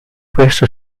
questo